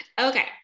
okay